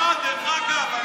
על מה, דרך אגב?